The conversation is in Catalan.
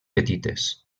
petites